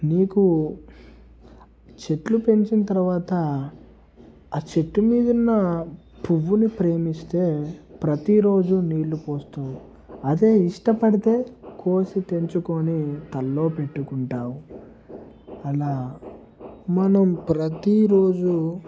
నీకు చెట్లు పెంచిన తర్వాత ఆ చెట్టు మీద ఉన్న పువ్వుని ప్రేమిస్తే ప్రతిరోజు నీళ్లు పోస్తూ అదే ఇష్టపడితే కోసి తెంచుకొని తలలో పెట్టుకుంటావు అలా మనం ప్రతి రోజు